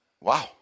wow